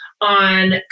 on